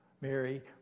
Mary